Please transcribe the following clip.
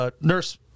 nurse